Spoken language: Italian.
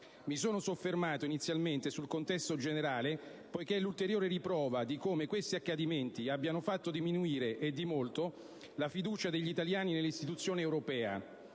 Mi sono soffermato inizialmente sul contesto generale poiché è l'ulteriore riprova di come questi accadimenti abbiano fatto diminuire e di molto la fiducia degli italiani nell'istituzione europea,